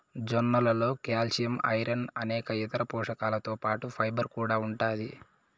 జొన్నలలో calcium, iron అనేక ఇతర పోషకాలతో పాటు ఫైబర్ కూడా ఉంటాది